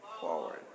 forward